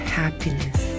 happiness